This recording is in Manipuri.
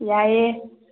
ꯌꯥꯏꯑꯦ